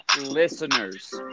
listeners